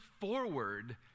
forward